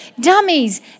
Dummies